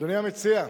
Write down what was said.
אדוני המציע?